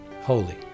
holy